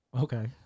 Okay